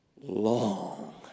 long